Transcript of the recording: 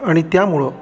आणि त्यामुळं